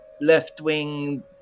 left-wing